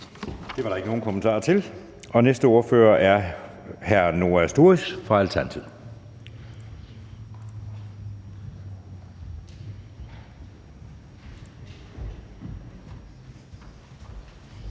Det var der ikke nogen kommentarer til. Og næste ordfører er hr. Noah Sturis fra Alternativet.